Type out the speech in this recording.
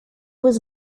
was